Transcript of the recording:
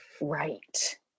Right